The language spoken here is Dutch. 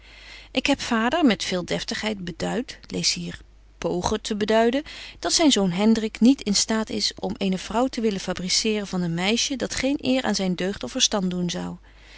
ik heb vader met veel deftigheid beduit lees hier pogen te beduiden dat zyn zoon hendrik niet in staat is om eene vrouw te willen fabriceren van een meisje dat geen eer aan zyn deugd of verstand doen zou